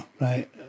right